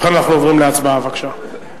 ובכן, אנחנו עוברים להצבעה, בבקשה.